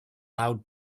loud